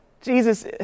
Jesus